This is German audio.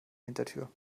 hintertür